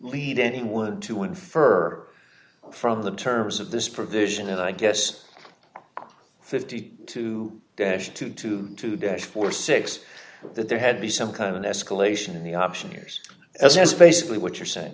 lead anyone to infer from the terms of this provision and i guess fifty to dash two to two days for six that there had been some kind of an escalation in the option years as basically what you're saying